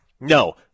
no